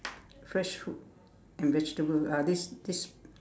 fresh fruit and vegetable ah this this